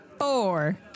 four